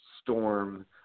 Storm